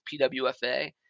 PWFA